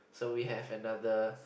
so we have another